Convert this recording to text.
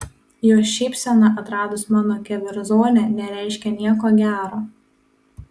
jo šypsena atradus mano keverzonę nereiškė nieko gero